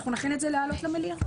אנחנו נכין את זה לעלות למליאה.